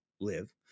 live